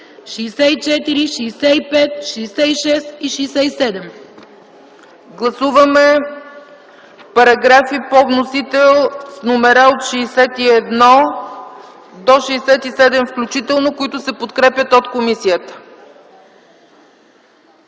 ЦЕЦКА ЦАЧЕВА: Гласуваме параграфи по вносител с номера от 61 до 67 включително, които се подкрепят от комисията.